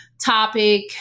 topic